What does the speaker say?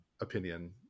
opinion